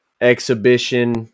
exhibition